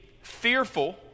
fearful